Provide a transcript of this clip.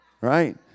Right